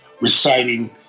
reciting